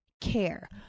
care